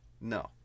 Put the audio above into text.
No